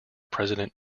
president